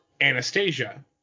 Anastasia